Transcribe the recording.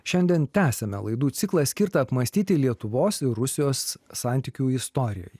šiandien tęsiame laidų ciklą skirtą apmąstyti lietuvos ir rusijos santykių istorijai